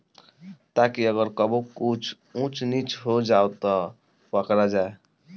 ताकि अगर कबो कुछ ऊच नीच हो जाव त पकड़ा जाए